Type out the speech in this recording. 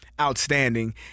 outstanding